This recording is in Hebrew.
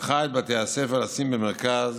הנחה את בתי הספר לשים במרכז